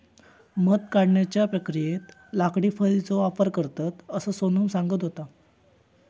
मध काढण्याच्या प्रक्रियेत लाकडी फळीचो वापर करतत, असा सोनम सांगत होता